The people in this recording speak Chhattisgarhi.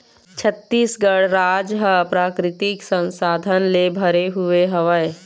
छत्तीसगढ़ राज ह प्राकृतिक संसाधन ले भरे हुए हवय